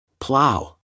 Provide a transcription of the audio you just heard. Plow